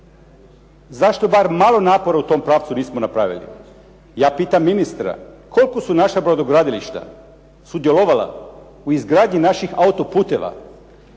Zašto bar malo napora u tom pravcu nismo napravili? Ja pitam ministra, koliko su naša brodogradilišta sudjelovala u izgradnji naših autoputova,